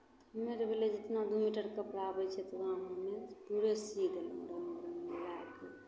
तऽ हम्मे अर भेलै जेतना दू मीटर कपड़ा आबै छै ओतनामे हम्मे पूरे सी देलहुँ दू मीटर मिलाए कऽ